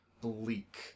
bleak